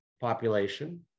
population